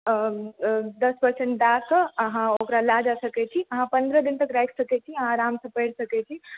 दश परसेन्ट दए कऽ अहाँ ओकरा लए जा सकै छी अहाँ पन्द्रह दिन तक राखि सकै छी अहाँ आरामसँ पढ़ि सकै छी